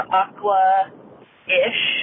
aqua-ish